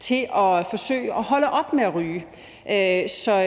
til at forsøge at holde op med at ryge.